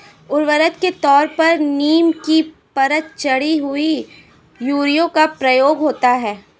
उर्वरक के तौर पर नीम की परत चढ़ी हुई यूरिया का प्रयोग होता है